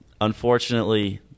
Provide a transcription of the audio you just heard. unfortunately